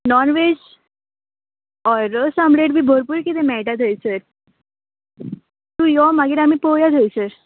non veg ऑय रस omelette बी भरपूर किदें मेळटा थंयसर तूं यो मागीर आमी पळोवया थंयसर